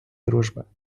дружба